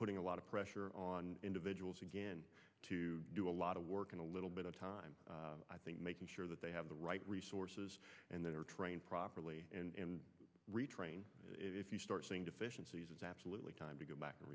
putting a lot of pressure on individuals again to do a lot of work in a little bit of time i think making sure that they have the right resources and they're trained properly and retrain if you start seeing deficiencies is absolutely time to get back